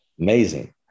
amazing